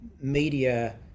media